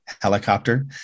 helicopter